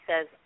says